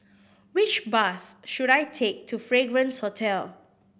which bus should I take to Fragrance Hotel